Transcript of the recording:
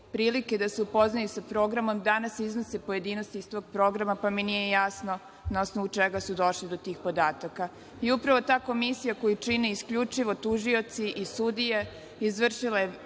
prilike da se upoznaju sa programom, danas iznose pojedinosti iz tog programa, pa mi nije jasno na osnovu čega su došli do tih podataka. I upravo ta komisija koju čine isključivo tužioci i sudije izvršile